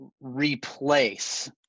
replace